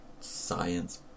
science